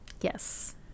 Yes